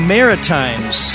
Maritimes